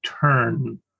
turn